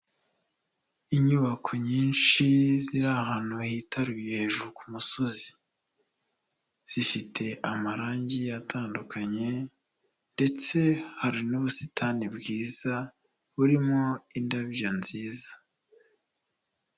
Inyubako nyinshi ziri ahantu hitaruye, hejuru ku musozi. Zifite amarangi atandukanye, ndetse hari n'ubusitani bwiza, burimo indabyo nziza.